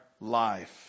life